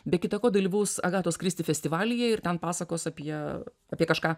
be kita ko dalyvaus agatos kristi festivalyje ir ten pasakos apie apie kažką